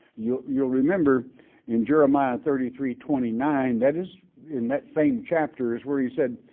you'll you'll remember in jeremiah thirty three twenty nine, that is in that same chapters where he said,